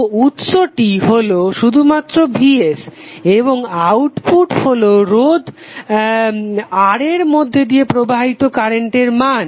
তো উৎসটি হলো শুধুমাত্র vs এবং আউটপুট হলো রোধ R এর মধ্যে দিয়ে প্রবাহিত কারেন্টের মান